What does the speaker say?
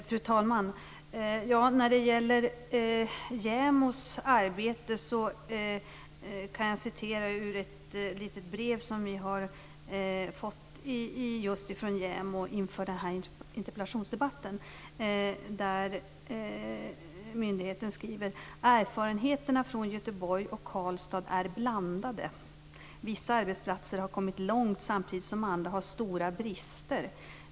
Fru talman! När det gäller JämO:s arbete kan jag citera ur ett brev som vi har fått just från JämO inför denna interpellationsdebatt. Myndigheten skriver: "Erfarenheterna från Göteborg och Karlstad är blandade, vissa arbetsplatser har kommit långt samtidigt som andra har stora brister.